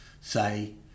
say